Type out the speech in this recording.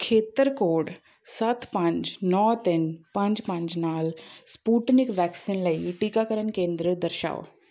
ਖੇਤਰ ਕੋਡ ਸੱਤ ਪੰਜ ਨੌਂ ਤਿੰਨ ਪੰਜ ਪੰਜ ਨਾਲ ਸਪੁਟਨਿਕ ਵੈਕਸੀਨ ਲਈ ਟੀਕਾਕਰਨ ਕੇਂਦਰ ਦਰਸਾਓ